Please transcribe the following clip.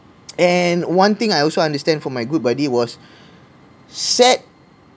and one thing I also understand from my good buddy was sad